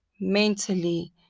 mentally